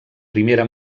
primera